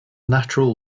natural